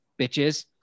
bitches